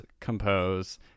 compose